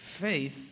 Faith